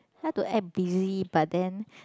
like to act busy but then